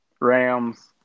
Rams